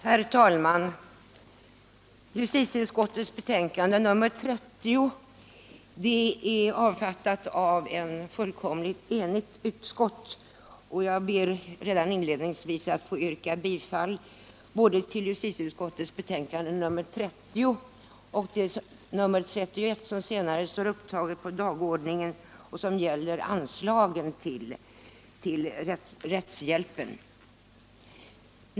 Herr talman! Justitieutskottets betänkande nr 30 är avfattat av ett fullständigt enigt utskott, och jag ber redan inledningsvis att få yrka bifall till justitieutskottets hemställan i detta betänkande. Jag avser också att yrka bifall till utskottets hemställan i dess betänkande nr 31, som är upptaget som nästa ärende på föredragningslistan och som gäller anslagen till rättshjälpen.